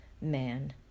Man